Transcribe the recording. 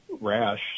rash